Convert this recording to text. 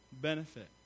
benefit